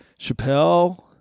Chappelle